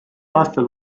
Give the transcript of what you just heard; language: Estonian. aastal